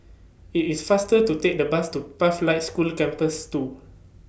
IT IS faster to Take The Bus to Pathlight School Campus two